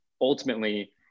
ultimately